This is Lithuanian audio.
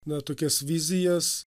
na tokias vizijas